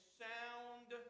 sound